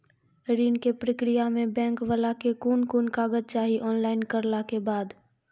ऋण के प्रक्रिया मे बैंक वाला के कुन कुन कागज चाही, ऑनलाइन करला के बाद?